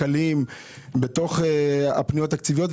כלכליים בתוך הפניות התקציביות.